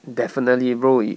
definitely bro yo~